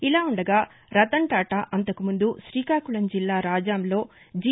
ఇలా ఉండగా రతన్టాటా అంతకుముందు శ్రీకాకుకం జిల్లా రాజాంలో జి